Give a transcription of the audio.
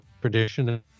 tradition